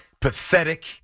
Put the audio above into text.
pathetic